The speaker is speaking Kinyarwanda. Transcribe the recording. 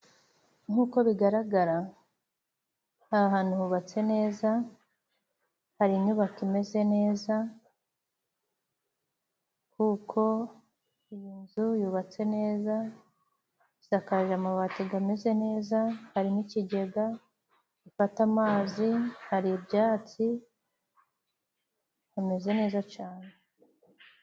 Nk"uko bigaragara aha hantu hubatse neza, hari inyubako imeze neza kuko iyi nzu yubatse neza, isakaje amabati gameze neza, hari n'ikigega gifata amazi, hari ibyatsi, hameze neza cane.